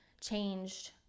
changed